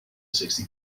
sixty